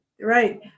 Right